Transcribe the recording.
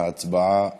ההצבעה החלה.